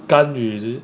ganyu